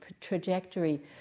trajectory